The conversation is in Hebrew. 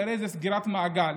תראה איזו סגירת מעגל: